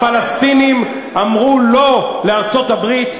הפלסטינים אמרו "לא" לארצות-הברית.